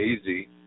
easy